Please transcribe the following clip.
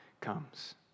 comes